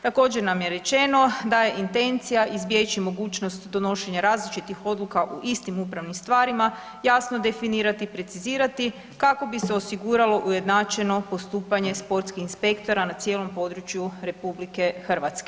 Također nam je rečeno da je intencija izbjeći mogućnost donošenja različitih odluka u istim upravnim stvarima jasno definirati i precizirati kako bi se osiguralo ujednačeno postupanje sportskih inspektora na cijelom području RH.